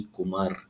Kumar